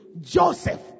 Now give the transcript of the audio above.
Joseph